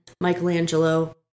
Michelangelo